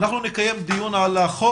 אנחנו נקיים דיון על החוק,